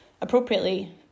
appropriately